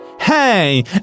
Hey